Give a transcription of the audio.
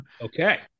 okay